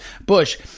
Bush